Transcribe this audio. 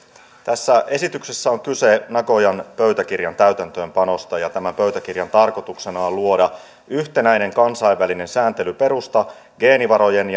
tässä esityksessä on kyse nagoyan pöytäkirjan täytäntöönpanosta ja tämän pöytäkirjan tarkoituksena on luoda yhtenäinen kansainvälinen sääntelyperusta geenivarojen